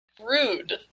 rude